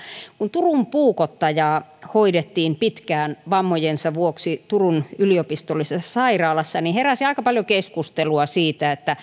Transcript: kun turun puukottajaa hoidettiin pitkään vammojensa vuoksi turun yliopistollisessa sairaalassa heräsi aika paljon keskustelua siitä että